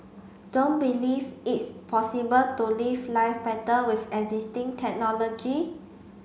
don't believe it's possible to live life better with existing technology